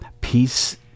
peace